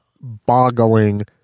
boggling